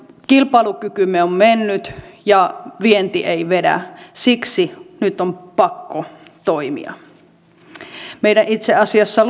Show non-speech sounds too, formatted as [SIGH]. kilpailukykymme on mennyt ja vienti ei vedä siksi nyt on pakko toimia itse asiassa [UNINTELLIGIBLE]